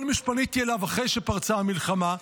כל מי שפניתי אליו אחרי שפרצה המלחמה,